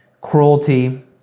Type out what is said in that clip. cruelty